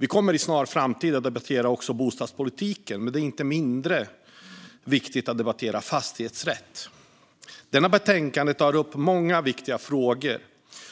Vi kommer inom en snar framtid att debattera också bostadspolitiken, men det är inte mindre viktigt att debattera fastighetsrätt. Detta betänkande tar upp många viktiga frågor